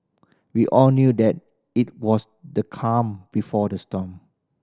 we all knew that it was the calm before the storm